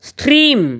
Stream